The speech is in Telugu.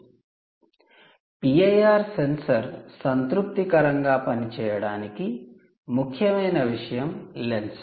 'పిఐఆర్ సెన్సార్' 'PIR sensor' సంతృప్తికరంగా పనిచేయడానికి ముఖ్యమైన విషయం లెన్స్